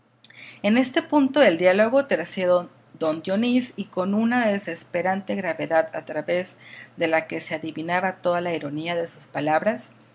en este punto del diálogo terció don dionís y con una desesperante gravedad a través de la que se adivinaba toda la ironía de sus palabras